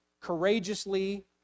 courageously